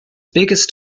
biggest